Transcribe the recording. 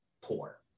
poor